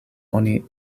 oni